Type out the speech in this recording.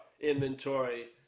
inventory